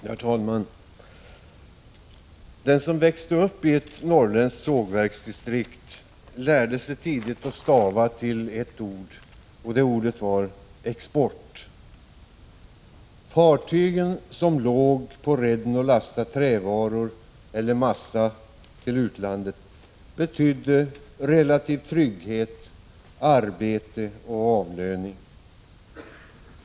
Herr talman! Den som växte uppi ett norrländskt sågverksdistrikt lärde sig tidigt stava till ordet export. Fartygen som låg på redden och lastade trävaror eller massa till utlandet betydde relativ trygghet, arbete och avlöning.